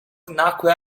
nacque